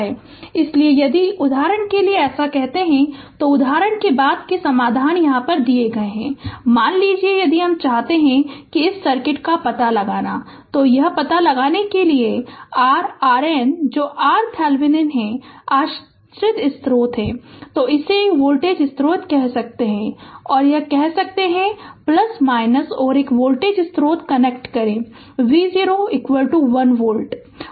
Refer Slide Time 0136 इसलिए यदि उदाहरण के लिए ऐसा करते हैं तो उदाहरण के बाद के समाधान यहाँ दिए हैं मान लीजिए कि यदि हम चाहते हैं इस सर्किट का पता लगानातो यह पता लगाने के लिए r RN जो RThevenin है आश्रित स्रोत है तो इसे एक वोल्टेज स्रोत कह सकते हैं कि और कह सकते है और एक वोल्टेज स्रोत कनेक्ट करें V0 1 वोल्ट कहें